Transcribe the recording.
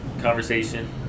conversation